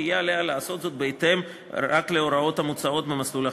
יהיה עליה לעשות זאת בהתאם להוראות המוצעות במסלול החדש.